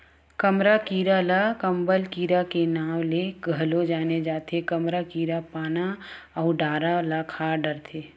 कमरा कीरा ल कंबल कीरा के नांव ले घलो जाने जाथे, कमरा कीरा पाना अउ डारा ल खा डरथे